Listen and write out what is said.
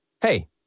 Hey